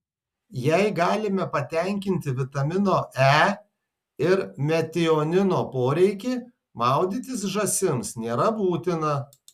jei galime patenkinti vitamino e ir metionino poreikį maudytis žąsims nėra būtina